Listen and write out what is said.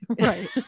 Right